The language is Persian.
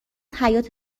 حیاط